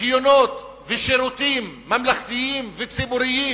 זיכיונות ושירותים ממלכתיים וציבוריים